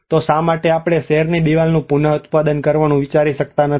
તો શા માટે આપણે શહેરની દિવાલનું પુનઉત્પાદન કરવાનું વિચારી શકતા નથી